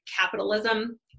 capitalism